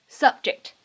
subject